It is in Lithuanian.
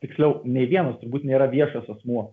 tiksliau nei vienas turbūt nėra viešas asmuo